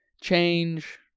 change